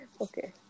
Okay